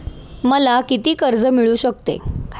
मला किती कर्ज मिळू शकते?